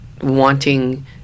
wanting